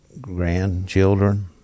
grandchildren